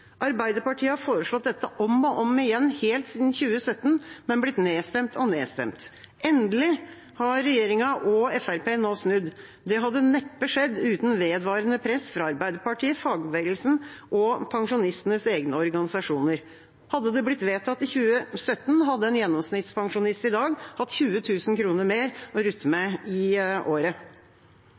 Arbeiderpartiet har foreslått dette om og om igjen helt siden 2017, men blitt nedstemt og nedstemt. Endelig har regjeringa og Fremskrittspartiet nå snudd. Det hadde neppe skjedd uten vedvarende press fra Arbeiderpartiet, fagbevegelsen og pensjonistenes egne organisasjoner. Hadde det blitt vedtatt i 2017, hadde en gjennomsnittspensjonist i dag hatt 20 000 kr mer å rutte med i året.